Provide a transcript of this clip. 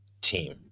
team